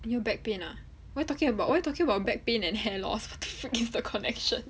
你又 back pain ah what are you talking about why you talking about back pain and hair loss wht the freak is the connection